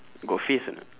got face or not